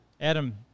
Adam